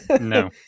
No